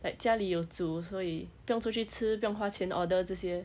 like 家里有煮所以不用出去吃不用花钱 order 这些